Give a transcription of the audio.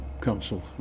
council